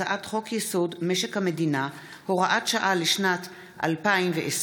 הצעת חוק-יסוד: משק המדינה (הוראת שעה לשנת 2020),